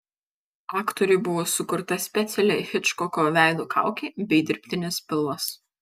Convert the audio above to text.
aktoriui buvo sukurta speciali hičkoko veido kaukė bei dirbtinis pilvas